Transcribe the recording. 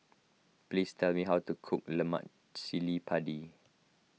please tell me how to cook Lemak Cili Padi